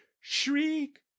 shriek